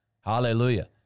Hallelujah